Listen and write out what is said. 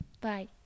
Bye